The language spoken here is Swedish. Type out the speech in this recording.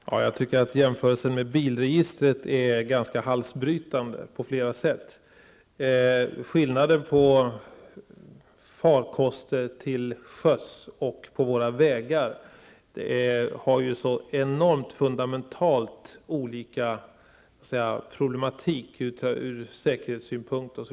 Fru talman! Jag tycker att jämförelsen med bilregistret på flera sätt är ganska halsbrytande. Farkoster till sjöss och farkoster på våra vägar innebär så fundamentalt olika problem ur säkerhetssynpunkt.